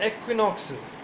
equinoxes